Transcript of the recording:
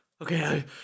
okay